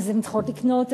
אז הן צריכות לקנות,